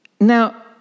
Now